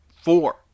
four